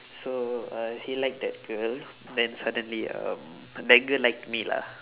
so uh he liked that girl then suddenly um that girl liked me lah